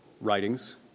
writings